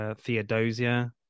Theodosia